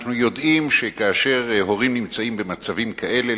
אנחנו יודעים שכאשר הורים נמצאים במצבים כאלה,